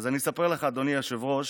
אז אני אספר לך, אדוני היושב-ראש,